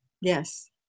yes